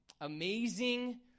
amazing